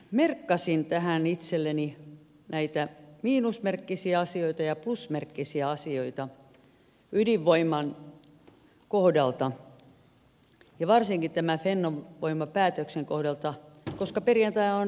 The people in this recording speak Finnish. merkkasin tähän itselleni näitä miinusmerkkisiä asioita ja plusmerkkisiä asioita ydinvoiman kohdalla ja varsinkin tämän fennovoiman päätöksen kohdalla koska perjantaina on äänestettävä